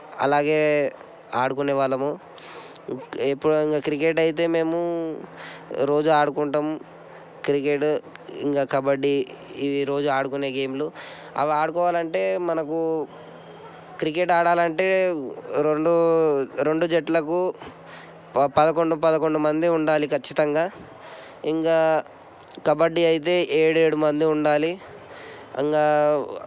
అలాగే ఆడుకునే వాళ్ళము ఎప్పుడూ ఇంకా క్రికెట్ అయితే మేము రోజు ఆడుకుంటాము క్రికెట్ ఇంకా కబడ్డీ ఇవి రోజు ఆడుకునే గేమ్లు అవి ఆడుకోవాలంటే మనకు క్రికెట్ ఆడాలి అంటే రెండు రెండు జట్లకు పదకొండు పదకొండు మంది ఉండాలి ఖచ్చితంగా ఇంకా కబడ్డీ అయితే ఏడు ఏడు మంది ఉండాలి ఇంకా